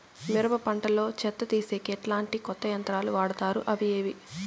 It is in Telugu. మిరప పంట లో చెత్త తీసేకి ఎట్లాంటి కొత్త యంత్రాలు వాడుతారు అవి ఏవి?